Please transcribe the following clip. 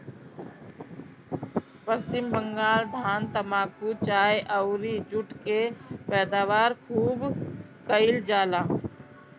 पश्चिम बंगाल धान, तम्बाकू, चाय अउरी जुट के पैदावार खूब कईल जाला